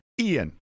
Ian